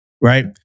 right